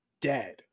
dead